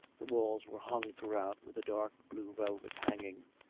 the walls were hung throughout with a dark-blue velvet hanging,